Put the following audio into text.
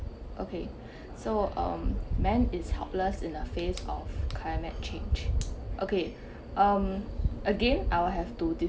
okay so um man it's helpless in the face of climate change okay um again I will have to de~